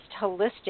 holistic